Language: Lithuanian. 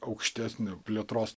aukštesnio plėtros